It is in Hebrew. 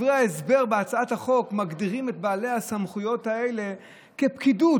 כשבדברי ההסבר להצעת החוק מגדירים את בעלי הסמכויות האלה כפקידות.